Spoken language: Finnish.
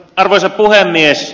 arvoisa puhemies